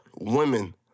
Women